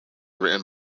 written